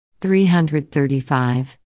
335